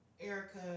Erica